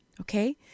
okay